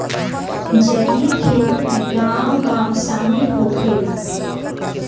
जलीय खेती में गाँव गाँव शामिल होखेला